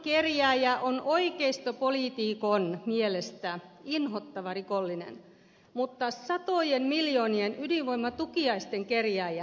kolikon kerjääjä on oikeistopoliitikon mielestä inhottava rikollinen mutta satojen miljoonien ydinvoimatukiaisten kerjääjä ei